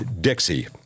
Dixie